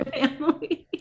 family